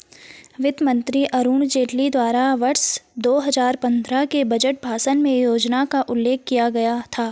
वित्त मंत्री अरुण जेटली द्वारा वर्ष दो हजार पन्द्रह के बजट भाषण में योजना का उल्लेख किया गया था